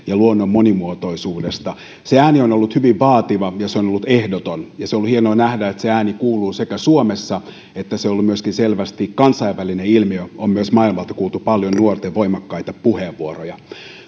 ja luonnon monimuotoisuudesta se ääni on ollut hyvin vaativa ja se on ollut ehdoton on ollut hienoa nähdä että se ääni kuuluu suomessa ja että se on ollut selvästi myöskin kansainvälinen ilmiö on myös maailmalta kuultu paljon nuorten voimakkaita puheenvuoroja tällä hetkellä